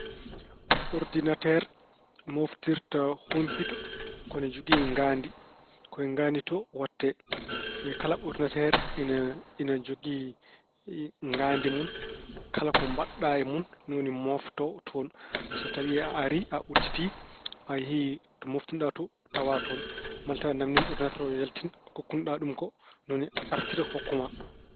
Ordinateer mooftirta humpito ko ene jogii ngaandi, ko e ngaandi to, waɗte. Kala ordinateer ina jogii ngaandi mun, kala ko mbaɗɗa e mun ni woni moofto toon. So tawi ari, a udditii, a yehi to mooftunoɗa too, tawa toon malla tawi a naamniima ordinateer o yaltin ko kokkunoɗa ɗum ko, ni woni artira hokku ma.